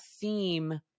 theme